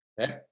Okay